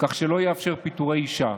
כך שלא יאפשר פיטורי אישה